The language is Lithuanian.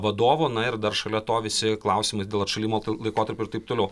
vadovo na ir dar šalia to visi klausimai dėl atšalimo laikotarpio ir taip toliau